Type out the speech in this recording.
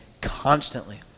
constantly